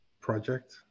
project